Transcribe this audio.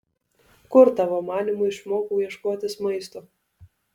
kur tavo manymu išmokau ieškotis maisto